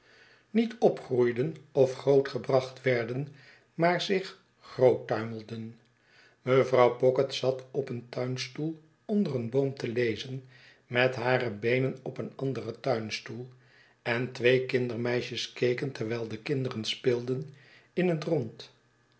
niet opgroeiden of groot gebracht werden maar zich groot tuimelden mevrouw pocket zat op een tuinstoel onder een boom te lezen met hare beenen op een anderen tuinstoel en twee kindermeisjes keken terwijl de kinderen speelden in het rond